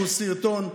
איזשהו סרטון.